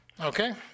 Okay